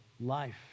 life